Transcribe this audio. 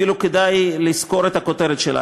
אפילו כדאי לזכור את הכותרת שלו,